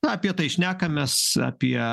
na apie tai šnekamės apie